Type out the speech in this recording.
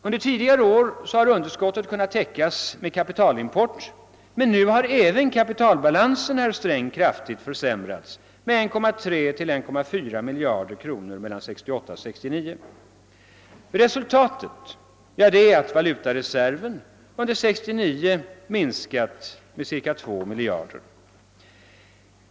Under tidigare år har underskottet kunnat täckas med kapitalimport, men nu har även kapitalbalansen kraftigt försämrats, nämligen med 1,3 å 1,4 miljarder kronor mellan 1968 och 1969. Resultatet är att valutareserven under 1969 har minskat med cirka 2 miljarder.